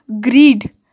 Greed